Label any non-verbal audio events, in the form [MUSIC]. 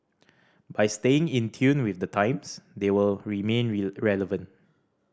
by staying in tune with the times they will remain [UNINTELLIGIBLE] relevant